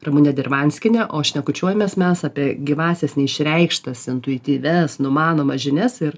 ramunė dirvanskienė o šnekučiuojamės mes apie gyvąsias neišreikštas intuityvias numanomas žinias ir